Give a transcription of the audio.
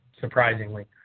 surprisingly